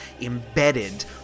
embedded